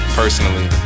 personally